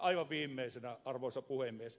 aivan viimeisenä arvoisa puhemies